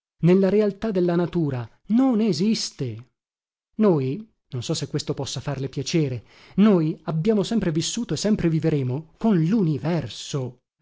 nella realtà della natura non esiste noi non so se questo possa farle piacere noi abbiamo sempre vissuto e sempre vivremo con